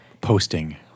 Posting